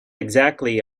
exactly